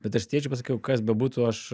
bet aš tėčiui pasakiau kas bebūtų aš